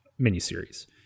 miniseries